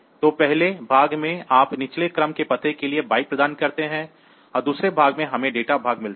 तो पहले भाग में आप निचले क्रम के पते के लिए बाइट प्रदान करते हैं और दूसरे भाग में हमें डेटा भाग मिलता है